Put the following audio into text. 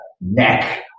neck